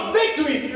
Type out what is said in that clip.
victory